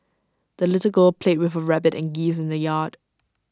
the little girl played with her rabbit and geese in the yard